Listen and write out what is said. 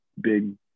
big